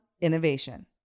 innovation